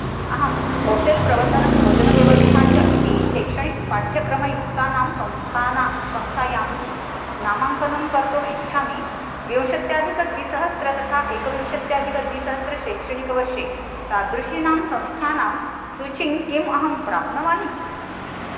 अहं होटेल् प्रबन्धनं भोजनव्यवस्था च इति शैक्षणिकपाठ्यक्रमयुक्तायां संस्था संस्थायां नामाङ्कनं कर्तुम् इच्छामि विंशत्यधिकद्विसहस्रं तथा एकविंशत्यधिकद्विसहस्रं शैक्षणिकवर्षे तादृशीनां संस्थानां सूचीं किम् अहं प्राप्नवानि